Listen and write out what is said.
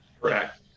Correct